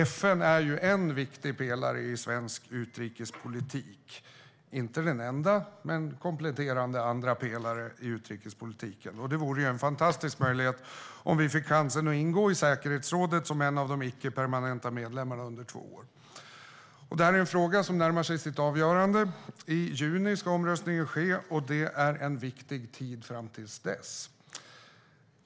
FN är ju en viktig pelare i svensk utrikespolitik. Det är inte den enda, men den kompletterar andra pelare i utrikespolitiken. Det vore en fantastisk möjlighet om vi fick chansen att ingå i säkerhetsrådet som en av de icke-permanenta medlemmarna under två år. Det här är en fråga som närmar sig sitt avgörande. I juni ska omröstningen ske, och det är en viktig tid fram till dess.